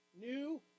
New